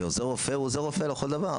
ועוזר רופא הוא עוזר רופא לכל דבר.